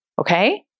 Okay